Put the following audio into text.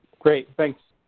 great, thanks.